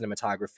cinematography